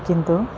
किन्तु